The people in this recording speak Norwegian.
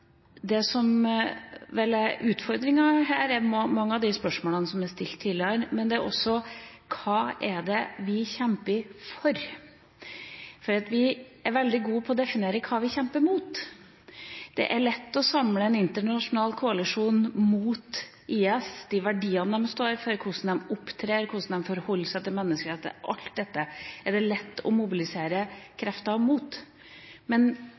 Det som er utfordringa her, er mange av de spørsmålene som er stilt tidligere, men det er også: Hva er det vi kjemper for? Vi er veldig gode på å definere hva vi kjemper mot. Det er lett å samle en internasjonal koalisjon mot IS, de verdiene de står for, hvordan de opptrer, hvordan de forholder seg til menneskeretter. Alt dette er det lett å mobilisere krefter mot. Men